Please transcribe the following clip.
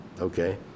okay